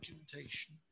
documentation